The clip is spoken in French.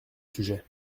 sujet